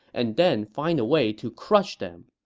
and then find a way to crush them.